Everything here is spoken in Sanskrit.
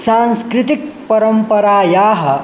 सांस्कृतिक परम्परायाः